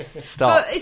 Stop